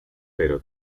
pero